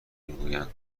میگویند